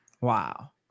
wow